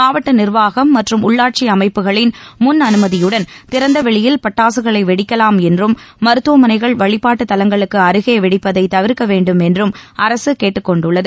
மாவட்ட நிர்வாகம் மற்றும் உள்ளாட்சி அமைப்புகளின் முன் அனுமதியுடன் திறந்த வெளியில் பட்டாக்களை வெடிக்கலாம் என்றும் மருத்துவமனைகள் வழிபாட்டுத் தலங்களுக்கு அருகே வெடிப்பதை தவிர்க்க வேண்டும் என்றும் அரசு கேட்டுக்கொண்டுள்ளது